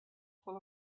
full